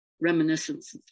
reminiscence